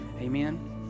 Amen